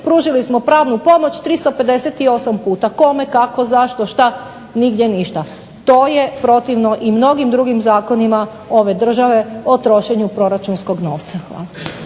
pružili smo pravnu pomoć 358 puta. Kome, kako, zašto, šta, nigdje ništa. To je protivno i mnogim drugim zakonima ove države o trošenju proračunskog novca. Hvala.